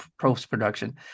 post-production